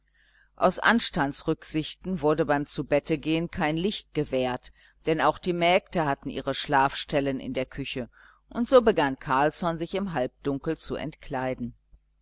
aus anstandsrücksichten wurde beim zubettegehen kein licht gewährt denn auch die mägde hatten ihre schlafstellen in der küche und so begann carlsson sich im halbdunkel zu entkleiden